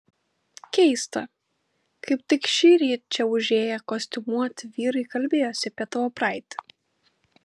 keista kaip tik šįryt čia užėję kostiumuoti vyrai kalbėjosi apie tavo praeitį